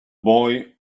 boy